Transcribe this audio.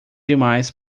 demais